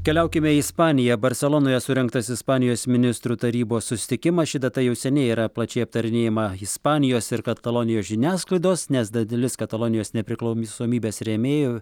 keliaukime į ispaniją barselonoje surengtas ispanijos ministrų tarybos susitikimas ši data jau seniai yra plačiai aptarinėjama ispanijos ir katalonijos žiniasklaidos nes dar dalis katalonijos nepriklausomybės rėmėjų